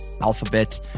Alphabet